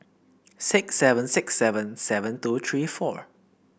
six seven six seven seven two three four